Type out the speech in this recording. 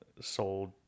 sold